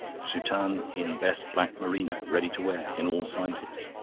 soutane in best black merino. ready to wear in all sizes.